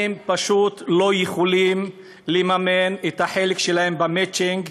פשוט לא יכולות לממן את החלק שלהם במצ'ינג.